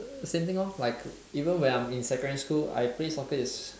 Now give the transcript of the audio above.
same thing lor like even when I'm in secondary school I play soccer is